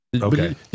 Okay